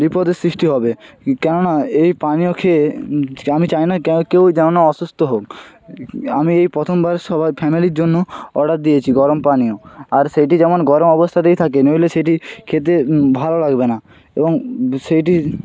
বিপদের সৃষ্টি হবে কেননা এই পানীয় খেয়ে আমি চাই না কে কেউ যেন অসুস্থ হোক আমি এই প্রথমবার সবার ফ্যামিলির জন্য অর্ডার দিয়েছি গরম পানীয় আর সেটি যেমন গরম অবস্থাতেই থাকে নইলে সেইটি খেতে ভালো লাগবে না এবং সেইটি